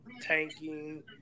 tanking